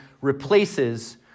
replaces